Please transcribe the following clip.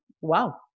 Wow